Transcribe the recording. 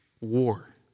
war